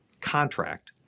contract